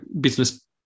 business